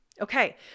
Okay